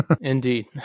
Indeed